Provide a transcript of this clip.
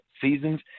seasons